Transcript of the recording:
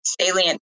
salient